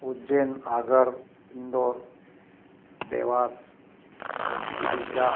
Ujjain Agra Indore Dewas Odisha